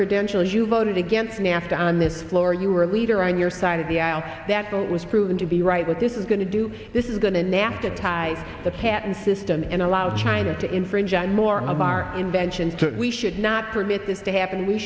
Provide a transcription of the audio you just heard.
credentials you voted against nafta on the floor you were a leader on your side of the aisle that that was proven to be right but this is going to do this is going to nafta tie the patent system and allow china to infringe and more of our invention to we should not permit this to happen we